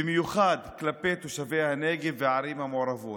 במיוחד כלפי תושבי הנגב והערים המעורבות.